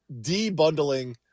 debundling